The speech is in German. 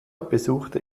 besuchte